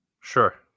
Sure